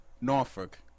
Norfolk